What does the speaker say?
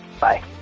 Bye